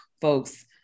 folks